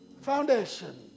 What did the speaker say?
foundation